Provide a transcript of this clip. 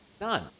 None